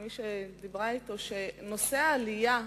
כמי שדיברה אתו, שנושא העלייה,